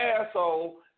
asshole